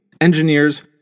engineers